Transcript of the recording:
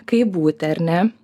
kaip būti ar ne